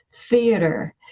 theater